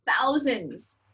thousands